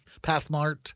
Pathmart